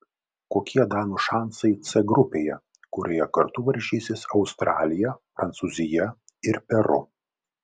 kokie danų šansai c grupėje kurioje kartu varžysis australija prancūzija ir peru